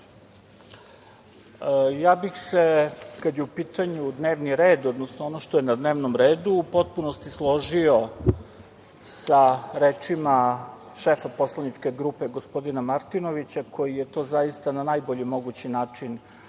ja bih se kada je u pitanju dnevni red, odnosno ono što je na dnevnom redu, u potpunosti složio sa rečima šefa poslaničke grupe, gospodina Martinovića, koji je to zaista na najbolji mogući način